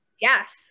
yes